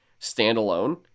standalone